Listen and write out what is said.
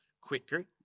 quicker